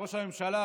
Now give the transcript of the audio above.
ראש הממשלה,